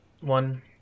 One